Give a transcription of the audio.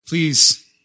Please